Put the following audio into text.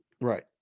Right